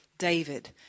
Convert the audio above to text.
David